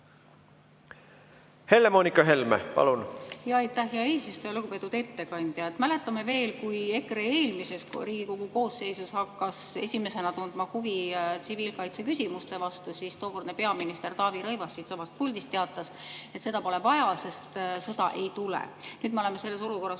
Helle-Moonika Helme, palun! Aitäh, hea eesistuja! Lugupeetud ettekandja! Mäletame veel, kui EKRE eelmises Riigikogu koosseisus hakkas esimesena tundma huvi tsiviilkaitseküsimuste vastu, siis tookordne peaminister Taavi Rõivas siitsamast puldist teatas, et seda pole vaja, sest sõda ei tule. Nüüd me oleme selles olukorras,